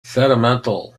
sentimental